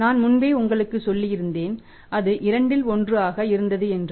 நான் முன்பே உங்களுக்கு சொல்லியிருந்தேன் அது 2 1 ஆக இருந்தது என்று